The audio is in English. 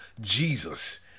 Jesus